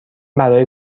برای